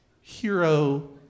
hero